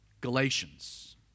Galatians